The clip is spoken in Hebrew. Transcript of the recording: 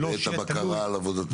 את הבקרה על עבודתם.